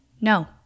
No